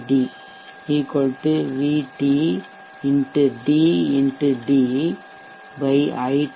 dI t avg VT It avg